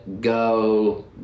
go